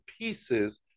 pieces